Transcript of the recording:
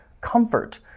comfort